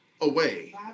away